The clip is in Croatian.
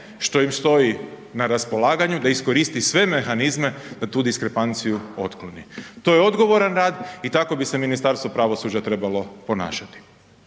što im stoji na raspolaganju, da iskoristi sve mehanizme da tu diskrepanciju otkloni. To je odgovoran rad i tako bi se Ministarstvo pravosuđa trebalo ponašati.